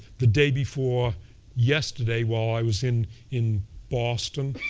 the day before yesterday, while i was in in boston,